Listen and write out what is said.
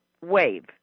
wave